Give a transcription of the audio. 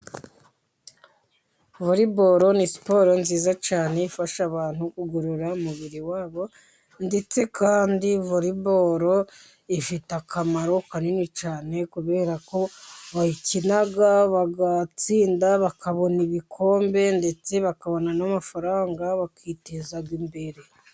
vore boro ni siporo nziza cyane ifasha abantu kugurura umubiri wabo ndetse kandi vore boro ifite akamaro kanini cyane kubera ko bayikina bagatsinda bakabona ibikombe ndetse bakabona n'amafaranga bakiteza imbere.